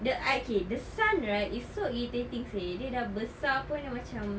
the uh kay the son right is so irritating seh dia dah besar pun dia macam